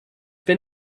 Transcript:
been